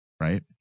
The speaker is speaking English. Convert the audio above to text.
right